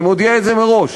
אני מודיע את זה מראש,